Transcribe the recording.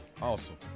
Awesome